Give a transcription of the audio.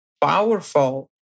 powerful